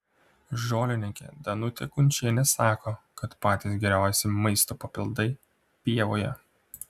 žolininkė danutė kunčienė sako kad patys geriausi maisto papildai pievoje